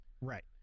Right